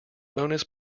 bonus